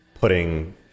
putting